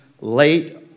late